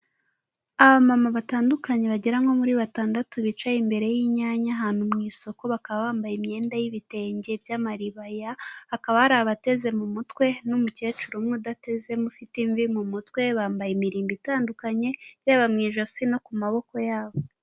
Abamama batandukanye bagera nko muri batandatu bicaye imbere y'inyanya ahantu mu isoko, bakaba bambaye imyenda y'ibitenge by'amaribaya, hakaba hari abateze mu mutwe n'umukecuru umwe udatezemo ufite imvi mu mutwe, bambaye imirimbo itandukanye yaba mu ijosi no ku maboko yabo.